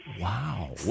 Wow